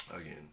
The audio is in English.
Again